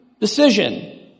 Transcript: decision